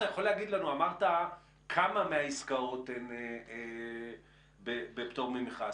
אמרת כמה מהעסקאות הן בפטור ממכרז.